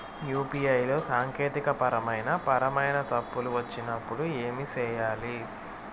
UPI లో సాంకేతికపరమైన పరమైన తప్పులు వచ్చినప్పుడు ఏమి సేయాలి